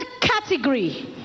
category